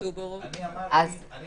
ובלבד שיעמדו בהוראות --- ביקשתי